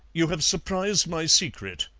you have surprised my secret.